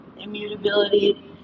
immutability